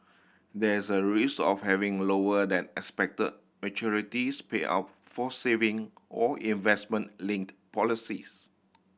there is a risk of having lower than expected maturity payout for saving or investment linked policies